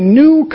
new